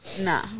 Nah